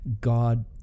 God